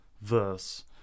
verse